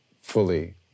fully